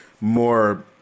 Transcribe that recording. more